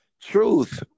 truth